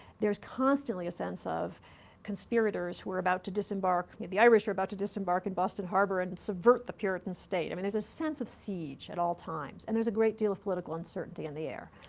constantly a sense of conspirators who were about to disembark, the irish were about to disembark in boston harbor and subvert the puritan state. i mean, there's a sense of siege at all times, and there's a great deal of political uncertainty in the air.